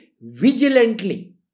vigilantly